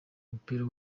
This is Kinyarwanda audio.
umupira